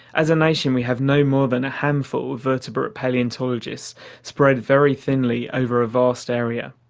as a nation we have no more than a handful of vertebrate palaeontologist spread very thinly over a vast area.